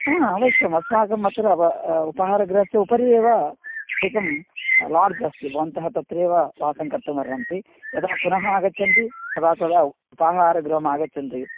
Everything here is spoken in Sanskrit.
आम् अवश्यम् अस्माकमत्र वा उपहारगृहस्य उपरि एव एकं लोड्ज् अस्ति भवन्तः तत्रैव वासं कर्तुम् अर्हन्ति यदा पुनः आगच्छन्ति तदा तदा उपहारगृहं आगच्छन्ति